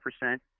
percent